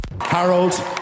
harold